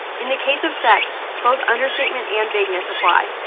in the case of sex, both understatement and vagueness apply.